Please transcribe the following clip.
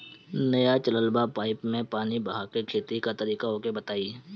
नया चलल बा पाईपे मै पानी बहाके खेती के तरीका ओके बताई?